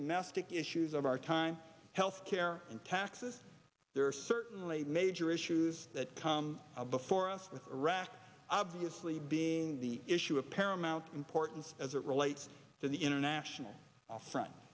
domestic issues of our time health care and taxes there are certainly major issues that come before us with iraq obviously being the issue of paramount importance as it relates to the international fr